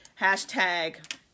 Hashtag